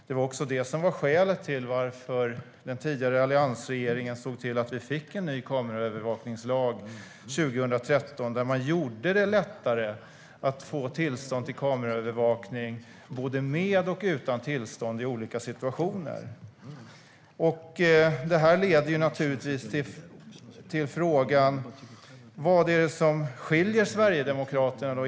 Det var också det som var skälet till att den tidigare alliansregeringen såg till att det blev en ny kameraövervakningslag 2013, där man gjorde det lättare att få tillstånd till kameraövervakning. Detta leder naturligtvis till frågan: Vad är det som skiljer Sverigedemokraternas reservation från Moderaternas?